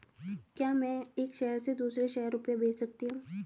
क्या मैं एक शहर से दूसरे शहर रुपये भेज सकती हूँ?